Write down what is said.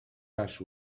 ash